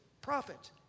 profit